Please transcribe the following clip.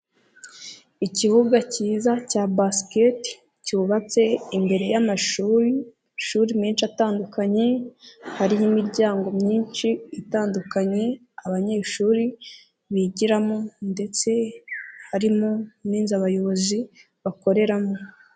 Ikibuga cyiza cya basket, cyubatse imbere y'amashuri menshi atandukanye, hari imiryango myinshi itandukanye abanyeshuri bigiramo, ndetse harimo n'inzu abayobozi bakoreramo.